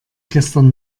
gestern